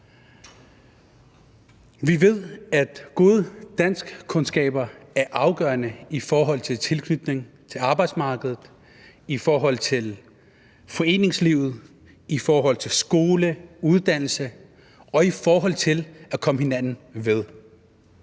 Vi ved, at gode danskkundskaber er afgørende forhold til tilknytning til arbejdsmarkedet, i forhold til foreningslivet, i forhold til skole og uddannelse og i forhold til at komme hinanden ved.